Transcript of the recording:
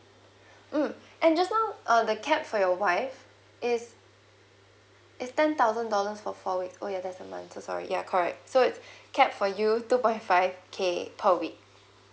mm and just now uh the cap for your wife is it's ten thousand dollars for four weeks oh ya there's a month so sorry ya correct so it's cap for you two point five K per week